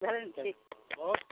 भने ने ठीक